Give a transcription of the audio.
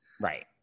Right